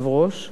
את יכולה.